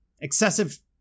excessive